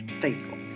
faithful